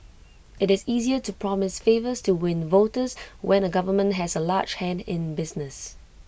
IT is easier to promise favours to win voters when A government has A large hand in business